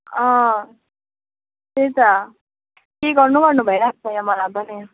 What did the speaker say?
अँ त्यही त के गर्नु गर्नु भइरहेको यहाँ मलाई पनि